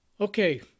Okay